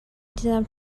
دیدم